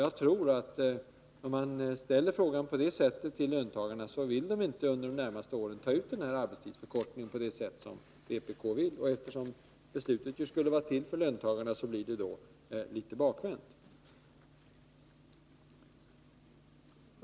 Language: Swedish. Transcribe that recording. Jag tror, att om man framställer problemet på det sättet för löntagarna, vill de inte under de närmaste åren ta ut arbetstidsförkortningen på det sätt som vpk önskar. Eftersom beslutet ju skulle vara till för löntagarna, blir det litet bakvänt.